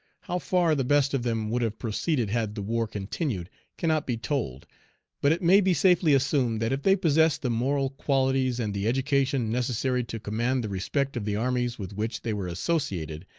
how far the best of them would have proceeded had the war continued, cannot be told but it may be safely assumed that if they possessed the moral qualities and the education necessary to command the respect of the armies with which they were associated,